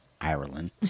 Ireland